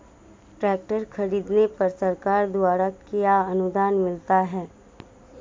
Tractor खरीदने पर सरकार द्वारा क्या अनुदान मिलता है?